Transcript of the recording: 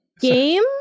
game